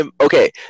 okay